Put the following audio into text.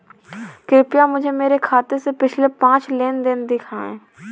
कृपया मुझे मेरे खाते से पिछले पाँच लेन देन दिखाएं